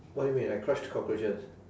what do you mean I crushed cockroaches